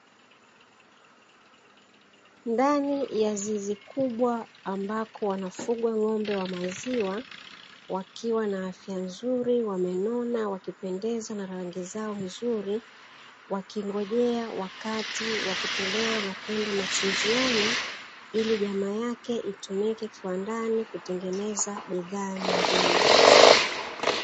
Ndani ya zizi kubwa ambako wanafugwa ng'ombe wa maziwa, wakiwa na afya nzuri wamenona wakipendeza na rangi zao nzuri wakingojea wakati wa kutolewa na kwenda machinjioni, ili nyama yake itumike kiwandani kutengeneza bidhaa nyingine.